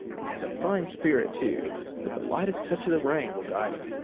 and has a fine spirit too but the lightest touch of the rein will guide him.